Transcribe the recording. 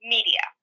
Media